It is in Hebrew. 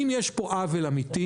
אם יש פה עוול אמיתי,